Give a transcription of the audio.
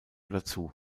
dazu